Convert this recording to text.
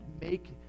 make